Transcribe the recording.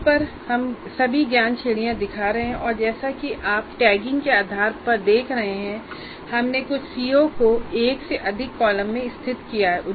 इस पर हम सभी ज्ञान श्रेणियां दिखा रहे हैं और जैसा कि आप टैगिंग के आधार पर देख सकते हैं कि हमने कुछ सीओ को एक से अधिक कॉलम में स्थित किया है